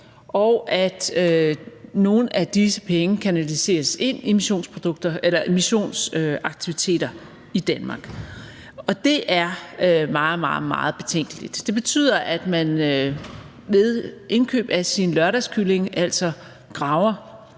og at nogle af disse penge kanaliseres ind i missionsaktiviteter i Danmark. Det er meget, meget betænkeligt. Det betyder, at man ved indkøb af sin lørdagskylling altså graver